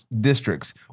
districts